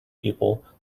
people